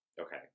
Okay